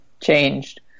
changed